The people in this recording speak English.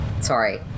Sorry